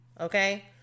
okay